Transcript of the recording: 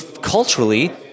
culturally